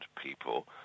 people